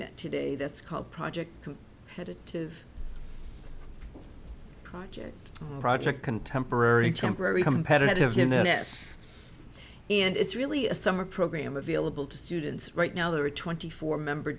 met today that's called project had a two of project project contemporary temporary competitive gymnasts and it's really a summer program available to students right now there are twenty four member